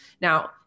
Now